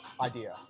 idea